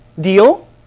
deal